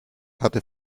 hatte